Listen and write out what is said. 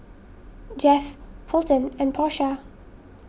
Jeff Fulton and Porsha